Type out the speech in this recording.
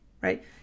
Right